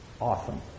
Awesome